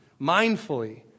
mindfully